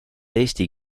eesti